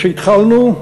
כשהתחלנו,